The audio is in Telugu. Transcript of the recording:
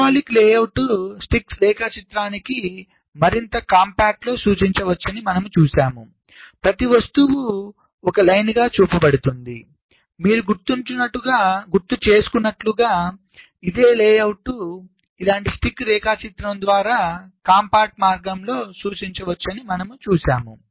సింబాలిక్ లేఅవుట్ను స్టిక్ రేఖాచిత్రానికి మరింత కాంపాక్ట్లో సూచించవచ్చని మనము చూశాము ప్రతి వస్తువు ఒక పంక్తిగా చూపబడుతుందిమీరు గుర్తుచేసుకున్నట్లుగా ఇదే లేఅవుట్ను ఇలాంటి స్టిక్ రేఖాచిత్రం ద్వారా కాంపాక్ట్ మార్గంలో సూచించవచ్చని మనము చూశాము